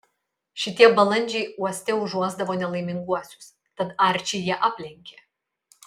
šitie balandžiai uoste užuosdavo nelaiminguosius tad arčį jie aplenkė